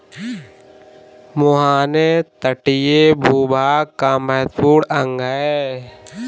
मुहाने तटीय भूभाग का महत्वपूर्ण अंग है